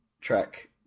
track